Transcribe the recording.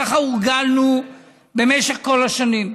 ככה הורגלנו במשך כל השנים.